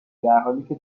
درحالیکه